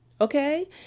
Okay